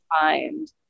find